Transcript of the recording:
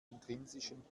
intrinsischen